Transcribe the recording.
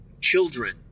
Children